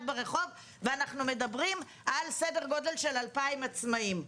ברחוב ואנחנו מדברים על סדר גודל של 2,000 עצמאיים.